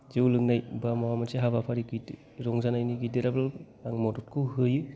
जौ लोंनाय बा माबा मोनसे हाबाफारि गिदिर रंजानायनि गैदेराब्लाबो आं मददखौ होयो